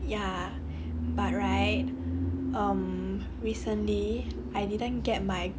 ya but right um recently I didn't get my